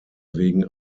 wegen